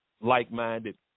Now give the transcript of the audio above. like-minded